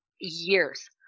years